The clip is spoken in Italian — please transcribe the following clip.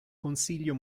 consiglio